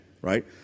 right